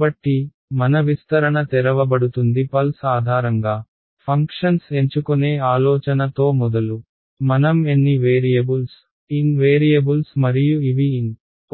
కాబట్టి మన విస్తరణ తెరవబడుతుంది పల్స్ ఆధారంగా ఫంక్షన్స్ ఎంచుకొనే ఆలోచన తో మొదలు మనం ఎన్ని వేరియబుల్స్ N వేరియబుల్స్ మరియు ఇవి N